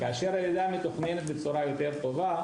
כאשר הלידה מתוכננת בצורה יותר טובה